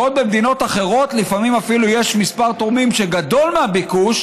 בעוד במדינות אחרות לפעמים אפילו יש מספר תורמים שגדול מהביקוש,